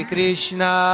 Krishna